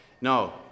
No